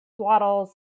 swaddles